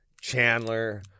Chandler